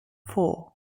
four